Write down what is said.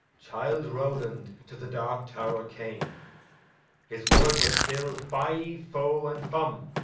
child rowland to the dark tower came his word was still fie, foh, and fum!